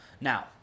Now